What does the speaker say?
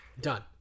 done